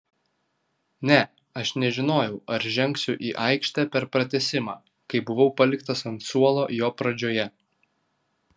ne aš nežinojau ar žengsiu į aikštę per pratęsimą kai buvau paliktas ant suolo jo pradžioje